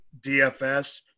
DFS